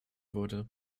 wurde